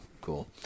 cool